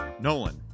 nolan